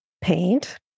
paint